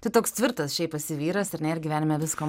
tu toks tvirtas šiaip esi vyras ir ne ir gyvenime visko